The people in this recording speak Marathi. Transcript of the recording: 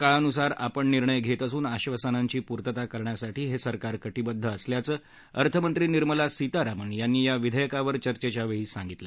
बदलत्या काळानुसार आपण निर्णय घेत असून आश्वासनांची पूर्तता करण्यासाठी हे सरकार कटिबद्ध असल्याचं अर्थमंत्री निर्मला सीतारामन यांनी या विधेयकावरील चर्चेच्यावेळी बोलताना सांगितलं